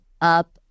up